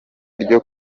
ryo